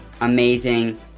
amazing